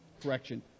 correction